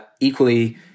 Equally